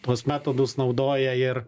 tuos metodus naudoja ir